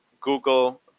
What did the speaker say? google